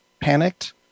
panicked